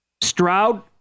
Stroud